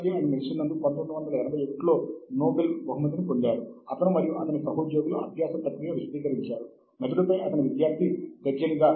వాస్తవానికి మనము తెలుసుకోవలసిన ఇతర విషయాలు కూడా ఉన్నాయి